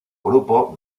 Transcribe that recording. grupo